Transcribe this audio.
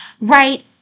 right